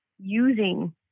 using